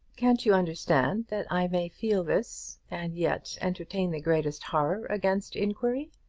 can't you understand that i may feel this, and yet entertain the greatest horror against inquiry?